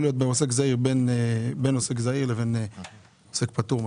להיות בין עוסק זעיר לבין עוסק פטור.